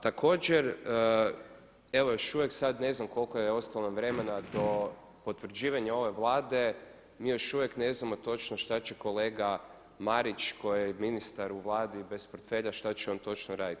Također, evo još uvijek, sad ne znam koliko je ostalo vremena do potvrđivanja ove Vlade, mi još uvijek ne znamo točno što će kolega Marić koji je ministar u Vladi bez portfelja što će on točno raditi.